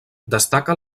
destaca